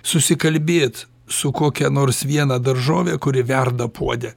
susikalbėt su kokia nors viena daržove kuri verda puode